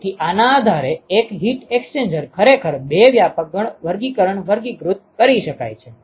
તેથી આના આધારે એક હીટ એક્સ્ચેન્જર ખરેખર બે વ્યાપક વર્ગીકરણમાં વર્ગીકૃત કરી શકે છે